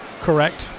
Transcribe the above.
Correct